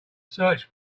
search